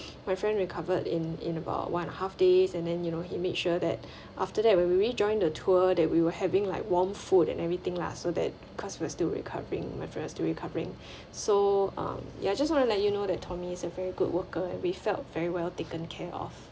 my friend recovered in in about one and half days and then you know he make sure that after that when we re joined the tour that we were having like warm food and everything lah so that customers still recovering my friend are recovering so um ya I just want to let you know that tommy is a very good worker and we felt very well taken care of